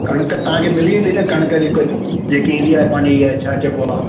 कणिक तव्हांखे मिली वेंदी न कणिक जेको जेकी ईंदी आहे पंहिंजी इअं छा चइबो आहे